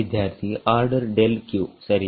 ವಿದ್ಯಾರ್ಥಿಆರ್ಡರ್ ಡೆಲ್ q ಸರಿಯೇ